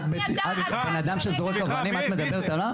את בן אדם זורק אבנים, את מדברת עליו?